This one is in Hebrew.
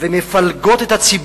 כי יש תחושה,